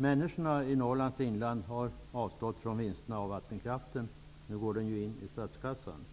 Människorna i Norrlands inland har avstått från vinsterna av vattenkraften -- nu går den in i statskassan.